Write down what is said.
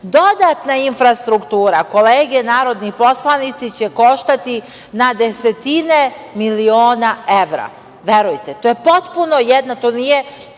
infrastruktura, kolege narodni poslanici, će koštati na desetine miliona evra. Verujte. To je potpuno jedna, to nije